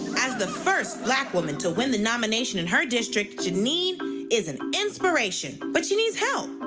as the first black woman to win the nomination in her district, jeannine is an inspiration, but she needs help.